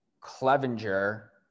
Clevenger